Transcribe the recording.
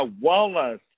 Wallace